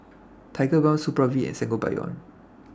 Tigerbalm Supravit and Sangobion